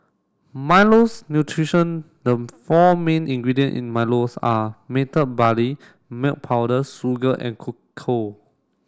Milo's nutrition four main ingredient in Milo's are barley milk powder sugar and cocoa